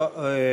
לא.